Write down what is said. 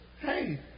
Hey